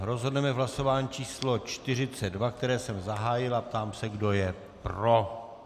Rozhodneme v hlasování číslo 42, které jsem zahájil a ptám se, kdo je pro.